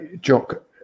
Jock